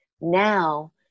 now